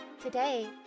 today